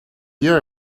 year